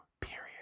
period